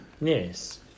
Yes